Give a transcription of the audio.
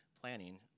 planning